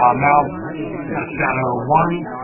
um mount shadow one,